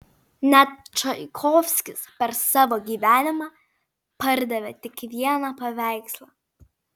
net čaikovskis per savo gyvenimą pardavė tik vieną paveikslą